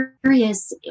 curious